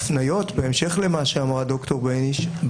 בהמשך למה שאמרה ד"ר ביניש,